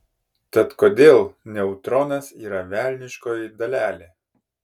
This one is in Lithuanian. tad kodėl neutronas yra velniškoji dalelė